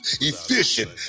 efficient